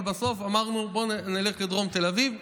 אבל בסוף אמרנו: נלך לדרום תל אביב,